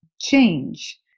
change